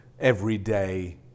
everyday